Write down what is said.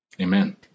Amen